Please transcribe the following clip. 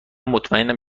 مطمئنم